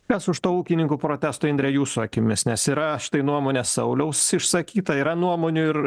kas už to ūkininkų protesto indre jūsų akimis nes yra štai nuomonė sauliaus išsakyta yra nuomonių ir